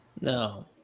No